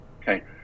Okay